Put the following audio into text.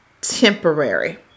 temporary